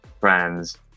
friends